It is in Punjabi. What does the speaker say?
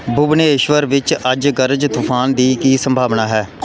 ਭੁਵਨੇਸ਼ਵਰ ਵਿੱਚ ਅੱਜ ਗਰਜ਼ ਤੂਫ਼ਾਨ ਦੀ ਕੀ ਸੰਭਾਵਨਾ ਹੈ